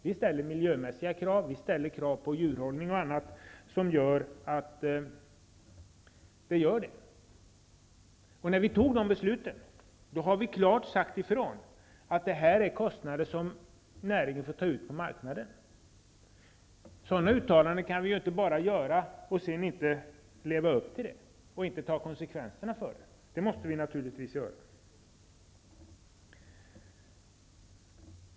Vi ställer miljökrav, vi ställer krav på djurhållningen och annat som fördyrar produkterna. När vi fattade beslut i riksdagen sade vi klart ifrån att detta är kostnader som näringen får ta ut på marknaden. Vi kan inte göra sådana uttalanden och sedan inte leva upp till dem. Vi måste naturligtvis ta konsekvenserna av det vi beslutar.